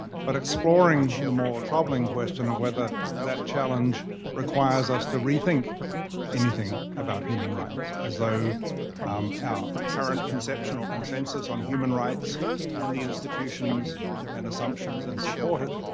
but exploring the more troubling question of whether that challenge requires us to rethink anything about human rights, as though our current conceptional consensus on human rights and the institutions and assumptions that support it.